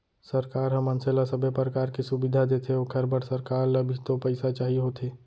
सरकार ह मनसे ल सबे परकार के सुबिधा देथे ओखर बर सरकार ल भी तो पइसा चाही होथे